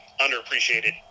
underappreciated